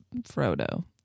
Frodo